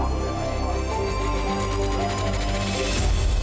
אבל בתכלס העבודה לא התחילה כי חסר כסף.